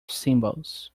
symbols